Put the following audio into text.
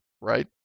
right